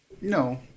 No